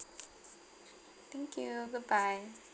thank you bye bye